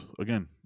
Again